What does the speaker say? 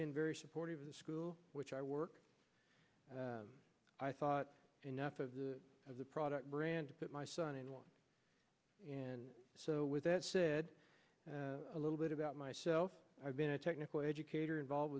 been very supportive of the school which i work i thought enough of the of the product brand that my son in law and so with that said a little bit about myself i've been a technical educator involved